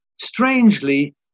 strangely